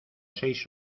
seis